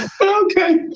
Okay